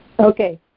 Okay